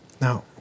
Now